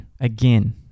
Again